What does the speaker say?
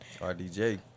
RDJ